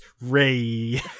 Ray